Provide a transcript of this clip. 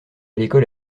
l’école